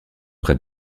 près